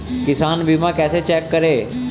किसान बीमा कैसे चेक करें?